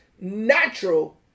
natural